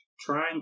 trying